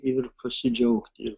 ir pasidžiaugti